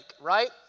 right